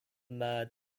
mad